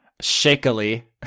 Shakily